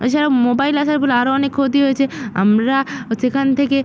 এছাড়া মোবাইল আসার ফলে আরো অনেক ক্ষতি হয়েছে আমরা সেখান থেকে